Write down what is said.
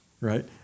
Right